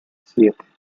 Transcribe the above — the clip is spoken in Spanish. siete